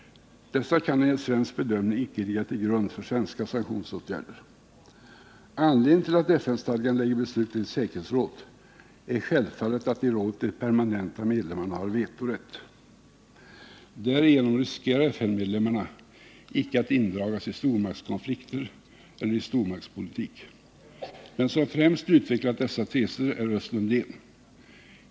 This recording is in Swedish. Dessa kan enligt svensk bedömning icke ligga till grund för svenska sanktionsåtgärder. Anledningen till att FN-stadgan lägger besluten i säkerhetsrådet är självfallet att i rådet de permanenta medlemmarna har vetorätt. Därigenom riskerar FN-medlemmarna icke att indragas i stormaktskonflikter eller i stormaktspolitik. Den som främst har utvecklat dessa teser är Östen Undén.